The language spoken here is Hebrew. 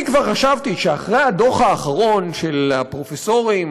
אני כבר חשבתי שאחרי הדוח האחרון של הפרופסורים,